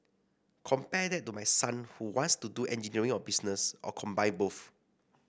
compare that to my son who wants to do engineering or business or combine both